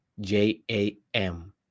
J-A-M